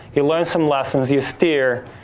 you learned some lessons. you steer,